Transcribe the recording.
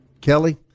Kelly